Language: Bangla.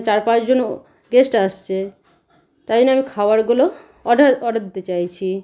চার পাঁচ জন গেস্ট আসছে তাই জন্য আমি খাবারগুলো অর্ডার অর্ডার দিতে চাইছি